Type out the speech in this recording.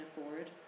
afford